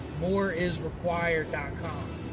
moreisrequired.com